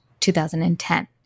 2010